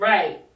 Right